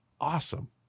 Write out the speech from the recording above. awesome